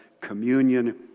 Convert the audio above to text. communion